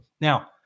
Now